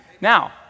Now